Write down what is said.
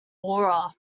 aura